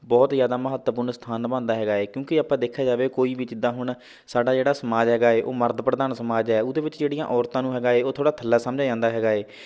ਬਹੁਤ ਹੀ ਜ਼ਿਆਦਾ ਮਹੱਤਵਪੂਰਨ ਸਥਾਨ ਨਿਭਾਉਂਦਾ ਹੈਗਾ ਏ ਕਿਉਂਕਿ ਆਪਾਂ ਦੇਖਿਆ ਜਾਵੇ ਕੋਈ ਵੀ ਜਿੱਦਾਂ ਹੁਣ ਸਾਡਾ ਜਿਹੜਾ ਸਮਾਜ ਹੈਗਾ ਏ ਉਹ ਮਰਦ ਪ੍ਰਧਾਨ ਸਮਾਜ ਹੈ ਉਹਦੇ ਵਿੱਚ ਜਿਹੜੀਆ ਔਰਤਾਂ ਨੂੰ ਹੈਗਾ ਏ ਉਹ ਥੋੜ੍ਹਾ ਥੱਲਾ ਸਮਝਿਆ ਜਾਂਦਾ ਹੈਗਾ ਏ